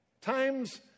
Times